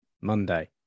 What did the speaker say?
Monday